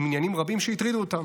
עם עניינים רבים שהטרידו אותם.